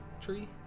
tree